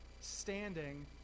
standing